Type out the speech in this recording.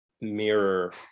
mirror